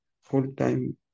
full-time